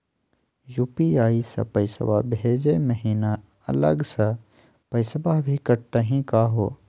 UPI स पैसवा भेजै महिना अलग स पैसवा भी कटतही का हो?